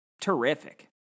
terrific